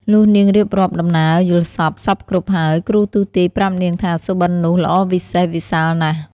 លុះនាងរៀបរាប់ដំណើរយល់សប្តិ សព្វគ្រប់ហើយ គ្រូទស្សន៍ទាយប្រាប់នាងថា សុបិននោះ ល្អវិសេស វិសាលណាស់ ។